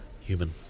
human